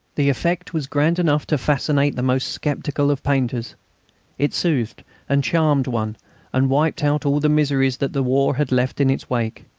the effect was grand enough to fascinate the most sceptical of painters it soothed and charmed one and wiped out all the miseries that the war had left in its wake.